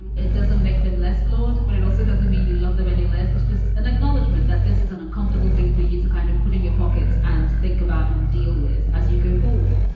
it doesn't make them less flawed, but it also doesn't mean you love them any less. it's just an acknowledgement that this is an uncomfortable thing for you to kind of put in your pocket and think about and deal with as you go forward